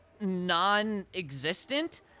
non-existent